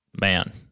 man